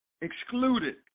excluded